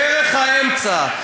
דרך האמצע,